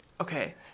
Okay